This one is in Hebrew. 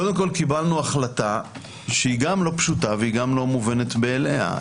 קודם כל קיבלנו החלטה שגם לא פשוטה וגם לא מובנת מאליה.